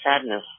sadness